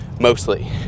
mostly